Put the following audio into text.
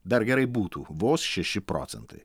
dar gerai būtų vos šeši procentai